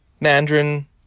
Mandarin